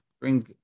bring